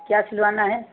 क्या सिलवाना है